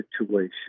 situation